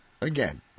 Again